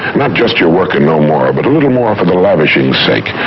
not just your work and no more, but a little more for the lavishing's sake,